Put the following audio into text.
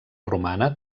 romana